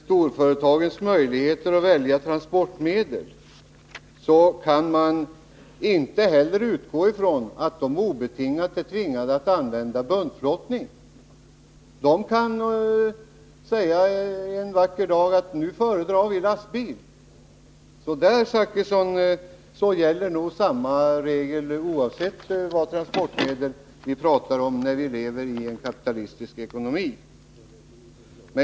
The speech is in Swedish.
Herr talman! När det gäller storföretagens möjligheter att välja transportmedel kan man inte heller utgå från att de obetingat är tvingade att använda buntflottning. De kan en vacker dag säga att de föredrar lastbil. På den punkten gäller nog samma regler oavsett transportmedel, då vi lever i en kapitalistisk ekonomi.